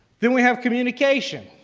then we have communication.